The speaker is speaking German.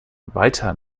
weiter